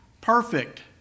perfect